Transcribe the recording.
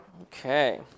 okay